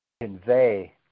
Convey